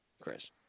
Chris